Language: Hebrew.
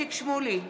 איציק שמולי,